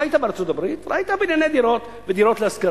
אתה היית בארצות-הברית, ראית בנייני דירות להשכרה.